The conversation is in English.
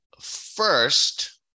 First